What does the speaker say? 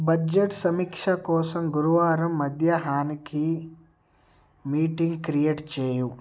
budget సమీక్ష కోసం గురువారం మధ్యహానికి మీటింగ్ క్రియేట్ చేయి